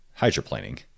hydroplaning